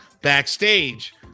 backstage